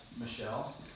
Michelle